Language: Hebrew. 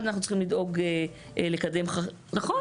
נכון,